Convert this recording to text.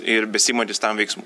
ir besiimantys tam veiksmų